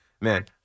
Man